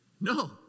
No